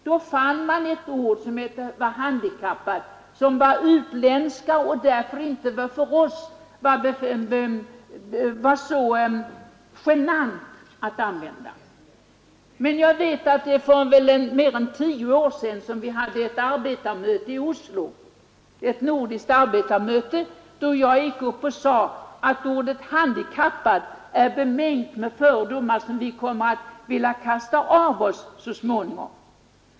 Då fann man ett ord som hette handikappad, som var utländska och därför inte för oss var så genant att använda. Men jag minns att för mer än tio år sedan på ett nordiskt arbetarmöte i Oslo gick jag upp och sade att ordet handikappad är bemängt med fördomar som vi kommer att vilja kasta av oss så småningom.